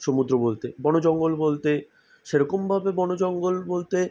সমুদ্র বলতে বনজঙ্গল বলতে সেরকমভাবে বনজঙ্গল বলতে